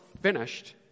finished